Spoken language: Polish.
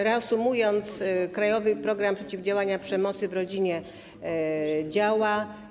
Reasumując, „Krajowy program przeciwdziałania przemocy w rodzinie” działa.